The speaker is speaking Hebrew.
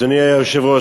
אדוני היושב-ראש,